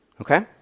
Okay